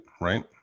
right